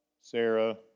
Sarah